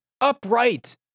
upright